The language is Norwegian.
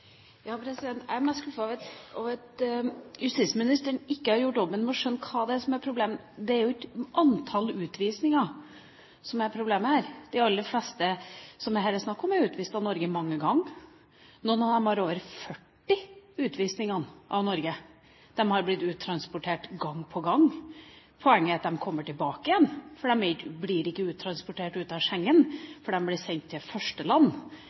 at justisministeren ikke har gjort jobben med å skjønne hva det er som er problemet. Det er jo ikke antall utvisninger som er problemet her. De aller fleste som det her er snakk om, er utvist fra Norge mange ganger. Noen av dem har over 40 utvisninger fra Norge. De har blitt uttransportert gang på gang. Poenget er at de kommer tilbake, for de blir ikke transportert ut av Schengen, de blir sendt til